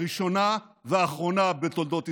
הראשונה והאחרונה בתולדות ישראל,